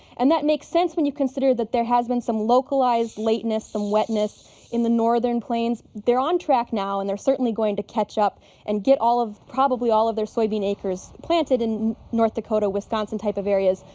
and that makes sense when you consider that there has been some localized lateness, some wetness in the northern plains. they're on track now and they're certainly going to catch up and get all of, probably all of their soybean acres planted in north dakota, wisconsin type of areas.